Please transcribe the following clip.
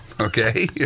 Okay